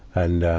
and, um,